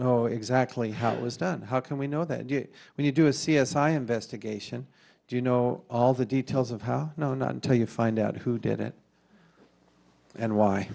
know exactly how it was done how can we know that when you do a c s i investigation do you know all the details of how you know not until you find out who did it and why